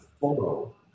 follow